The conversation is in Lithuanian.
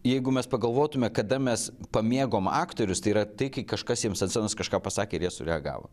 jeigu mes pagalvotume kada mes pamėgom aktorius tai yra taigi kažkas jiems ant scenos kažką pasakė ir jie sureagavo